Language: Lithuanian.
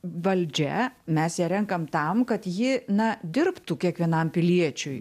valdžia mes ją renkam tam kad ji na dirbtų kiekvienam piliečiui